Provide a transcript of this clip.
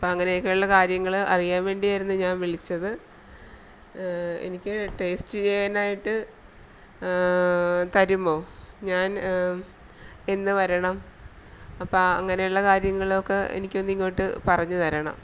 അപ്പോള് അങ്ങനക്കെയുള്ള കാര്യങ്ങള് അറിയാൻവേണ്ടിയാരുന്നു ഞാൻ വിളിച്ചത് എനിക്ക് ടേസ്റ്റ് ചെയ്യാനായിട്ട് തരുമോ ഞാൻ എന്നു വരണം അപ്പോള് അങ്ങനെയുള്ള കാര്യങ്ങളൊക്ക എനിക്കൊന്നിങ്ങോട്ട് പറഞ്ഞു തരണം